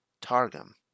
Targum